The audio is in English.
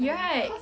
right